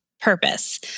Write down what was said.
purpose